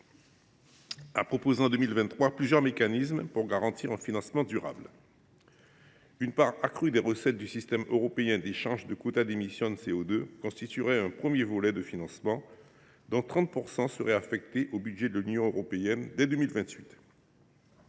a proposé en 2023 plusieurs mécanismes pour garantir un financement durable. Une part accrue des recettes du système européen d’échange de quotas d’émission de CO2 constituerait un premier volet de financement, dont 30 % seraient affectés au budget de l’Union européenne dès 2028.